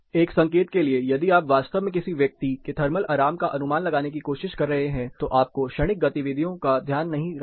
एक संकेत के लिए यदि आप वास्तव में किसी व्यक्ति के थर्मल आराम का अनुमान लगाने की कोशिश कर रहे हैं तो आपको क्षणिक गतिविधियों का ध्यान नहीं रखना है